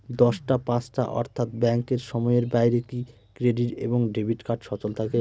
দশটা পাঁচটা অর্থ্যাত ব্যাংকের সময়ের বাইরে কি ক্রেডিট এবং ডেবিট কার্ড সচল থাকে?